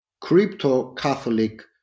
crypto-Catholic